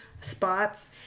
spots